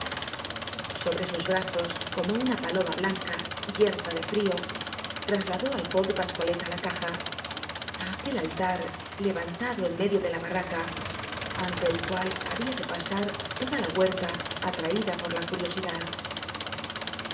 sobre sus brazos como una paloma blan ca yerta de frío trasladó al pobre pascualet á la caja á aquel altar levantado en medio de la barraca ante el cual había de pasar toda la huerta atraída por la curiosidad